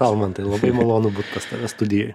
almantai labai malonu būt pas tave studijoj